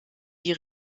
die